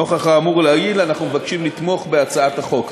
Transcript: נוכח האמור לעיל, אני מבקש לתמוך בהצעת החוק.